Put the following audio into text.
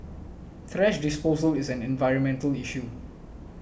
thrash disposal is an environmental issue